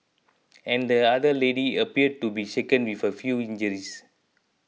and the other lady appeared to be shaken with a few injuries